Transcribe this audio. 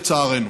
לצערנו.